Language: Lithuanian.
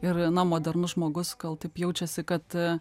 ir na modernus žmogus gal taip jaučiasi kad